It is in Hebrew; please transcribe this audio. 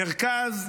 מרכז.